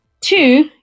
Two